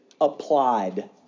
applied